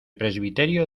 presbiterio